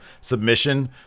submission